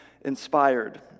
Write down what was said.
inspired